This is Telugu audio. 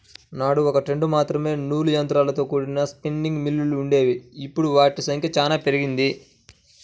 నాడు ఒకట్రెండు మాత్రమే నూలు యంత్రాలతో కూడిన స్పిన్నింగ్ మిల్లులు వుండేవి, ఇప్పుడు వాటి సంఖ్య చానా పెరిగింది